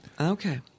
Okay